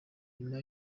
nyuma